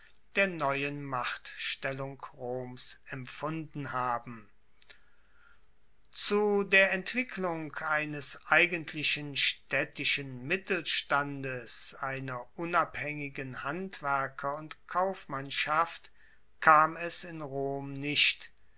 der neuen machtstellung roms empfunden haben zu der entwicklung eines eigentlichen staedtischen mittelstandes einer unabhaengigen handwerker und kaufmannschaft kam es in rom nicht